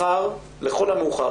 מחר לכל המאוחר,